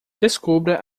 descubra